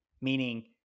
Meaning